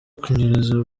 kunyereza